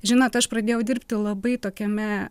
žinot aš pradėjau dirbti labai tokiame